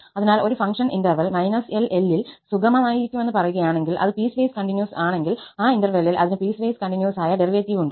അതിനാൽ ഒരു function interval L ൽ സുഗമമായിരിക്കുമെന്ന് പറയുകയാണെങ്കിൽ അത് പീസ്വൈസ് കണ്ടിന്യൂസ് ആണെങ്കിൽ ആ ഇന്റെർവെല്ലിൽ അതിന് പീസ്വൈസ് കണ്ടിന്യൂസ് ആയ ഡെറിവേറ്റീവ് ഉണ്ട്